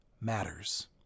matters